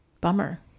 Bummer